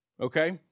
Okay